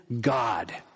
God